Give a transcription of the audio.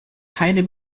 keine